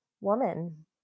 woman